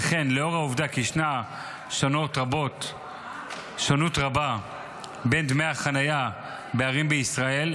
וכן לאור העובדה כי ישנה שונות רבה בין דמי החניה בערים בישראל,